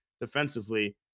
defensively